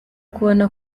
kubona